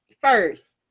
first